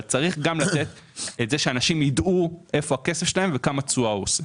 אבל גם צריך שאנשים יידעו איפה הכסף שלהם וכמה תשואה הוא עושה.